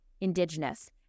indigenous